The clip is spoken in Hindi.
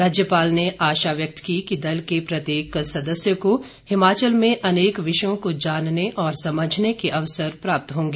राज्यपाल ने आशा व्यक्त की कि दल के प्रत्येक सदस्य को हिमाचल में अनेक विषय को जानने और समझने के अवसर प्राप्त होगा